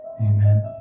Amen